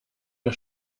der